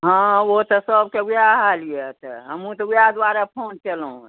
हँ ओ तऽ सबके वएह हाल अछि तेॅं हमहुँ तऽ वएह दुआरे फोन केलहुॅंऐॅं